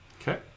Okay